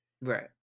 Right